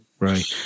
Right